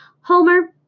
Homer